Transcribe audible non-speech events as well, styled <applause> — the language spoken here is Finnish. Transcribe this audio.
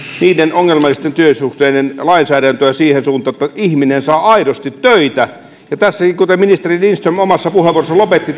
niiden ongelmallisten työsuhteiden lainsäädäntöä siihen suuntaan että ihminen saa aidosti töitä kuten ministeri lindström omassa puheenvuorossaan lopetti <unintelligible>